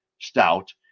stout